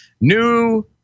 new